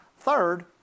Third